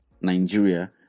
Nigeria